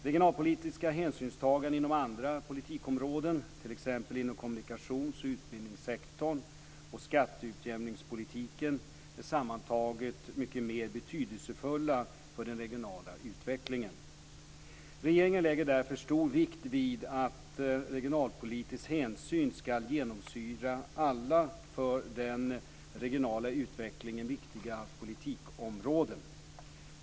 Regionalpolitiska hänsynstaganden inom andra politikområden, t.ex. inom kommunikations och utbildningssektorn och skatteutjämningspolitiken, är sammantaget mycket mer betydelsefulla för den regionala utvecklingen. Regeringen lägger därför stor vikt vid att regionalpolitisk hänsyn ska genomsyra alla för den regionala utvecklingen viktiga politikområden.